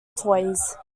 toys